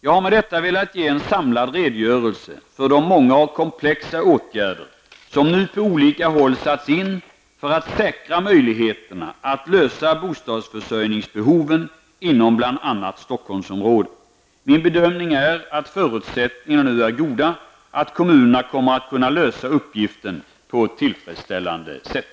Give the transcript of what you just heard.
Jag har med detta velat ge en samlad redogörelse för de många och komplexa åtgärder som nu på olika håll satts in för att säkra möjligheterna att lösa bostadsförsörjningsbehoven inom bl.a. Stockholmsområdet. Min bedömning är att förutsättningarna nu är goda att kommunerna kommer att kunna lösa uppgiften på ett tillfredsställande sätt.